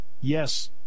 yes